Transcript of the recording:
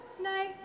No